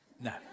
No